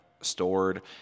stored